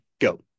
go